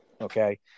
Okay